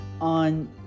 on